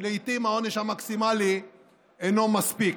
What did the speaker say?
כי לעיתים העונש המקסימלי אינו מספיק,